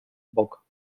bok